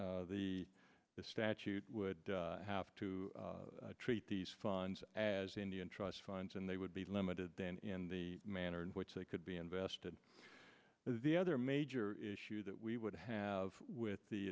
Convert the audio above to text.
the statute would have to treat these funds as indian trust funds and they would be limited then in the manner in which they could be invested the other major issue that we would have with the